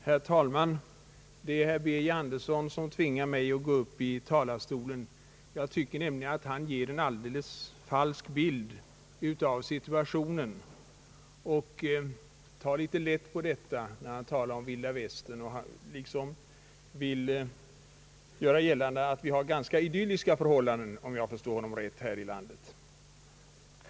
Herr talman! Det är herr Birger Andersson som tvingar mig att gå upp i talarstolen. Jag tycker nämligen att han ger en alldeles falsk bild av situationen. Han tar alltför lätt på problemen när han skämtar om vilda västern och liksom vill göra gällande, om jag förstår honom rätt, att vi har ganska idylliska förhållanden här i landet.